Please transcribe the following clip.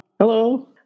Hello